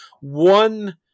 one